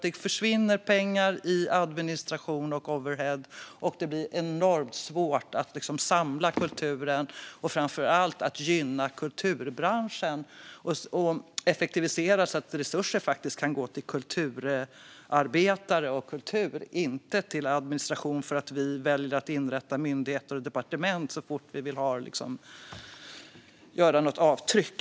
Det försvinner pengar i administration och overhead, och det blir enormt svårt att samla kulturen och framför allt att gynna kulturbranschen och effektivisera så att resurser faktiskt kan gå till kultur och kulturarbetare, inte till administration för att vi väljer att inrätta myndigheter och departement så fort vi vill göra avtryck.